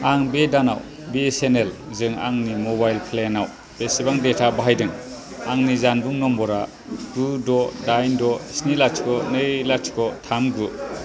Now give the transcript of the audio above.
आं बे दानाव बि एस एन एल जों आंनि मबाइल प्लेनाव बेसेबां डेटा बाहायदों आंनि जानबुं नम्बरा गु द' दाइन द' स्नि लाथिख' नै लाथिख' थाम गु